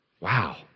Wow